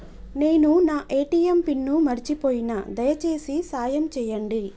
నేను నా ATM pin మర్చిపోయిన, దయచేసి సాయం చేయండి